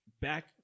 back –